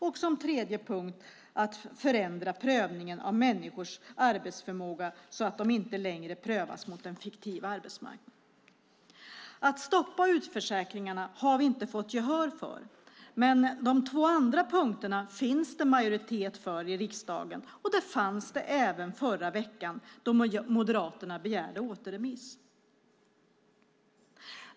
Det tredje är att förändra prövningen av människors arbetsförmåga så att de inte längre prövas mot en fiktiv arbetsmarknad. Vi har inte fått gehör för att stoppa utförsäkringarna. Men de två andra punkterna finns det majoritet för i riksdagen, och det fanns det även i förra veckan då Moderaterna begärde återremiss.